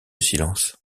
silence